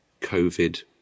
covid